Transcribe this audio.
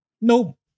Nope